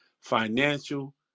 financial